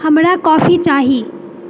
हमरा कॉफी चाही